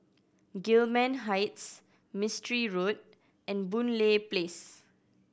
Gillman Heights Mistri Road and Boon Lay Place